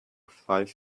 five